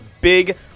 big